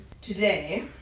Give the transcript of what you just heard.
today